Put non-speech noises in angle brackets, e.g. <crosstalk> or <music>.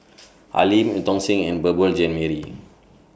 <noise> Al Lim EU Tong Sen and Beurel Jean Marie